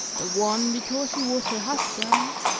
the one because he was her husband,